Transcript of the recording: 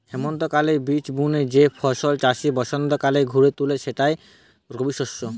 হেমন্তকালে বীজ বুনে যেই ফসল চাষি বসন্তকালে ঘরে তুলে সেটাই রবিশস্য